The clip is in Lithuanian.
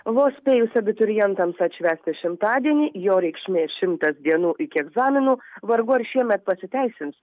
vos spėjus abiturientams atšvęsti šimtadienį jo reikšmė šimtas dienų iki egzaminų vargu ar šiemet pasiteisins